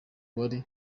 wari